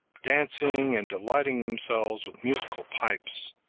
dancing and delighting themselves with musical pipes,